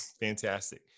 Fantastic